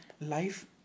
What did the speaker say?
life